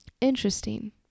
Interesting